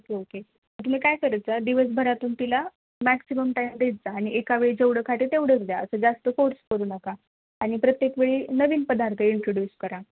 okay okay तुम्ही काय करायचा दिवसभरातून तिला मॅक्सिमम टाईम देत जा आणि एका वेळी जेवढं खाते तेवढंच द्या असं जास्त फोर्स करू नका आ आणि प्रत्येक वेळी नवीन पदार्थ इंट्रोड्यूस करा